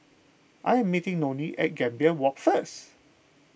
I am meeting Nonie at Gambir Walk first